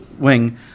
Wing